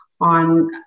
on